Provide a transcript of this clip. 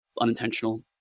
unintentional